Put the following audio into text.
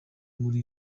muri